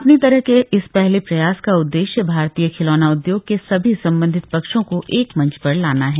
अपनी तरह के इस पहले प्रयास का उददेश्य भारतीय खिलौना उदयोग के सभी संबंधित पक्षों को एक मंच पर लाना है